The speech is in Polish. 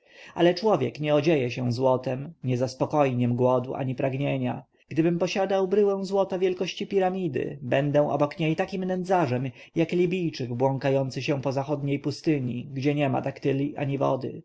ale człowiek nie odzieje się złotem i nie zaspokoi niem głodu ani pragnienia gdybym posiadał bryłę złota wielkości piramidy będę obok niej takim nędzarzem jak libijczyk błąkający się po zachodniej pustyni gdzie niema daktyla ani wody